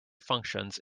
functions